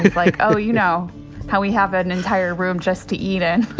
like, oh, you know how we have an entire room just to eat in